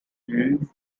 brief